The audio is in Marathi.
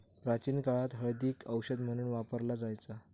प्राचीन काळात हळदीक औषध म्हणून वापरला जायचा